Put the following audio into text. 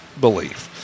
belief